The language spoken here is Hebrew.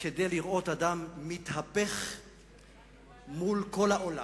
לראות אדם מתהפך מול כל העולם,